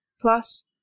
plus